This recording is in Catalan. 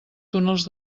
túnels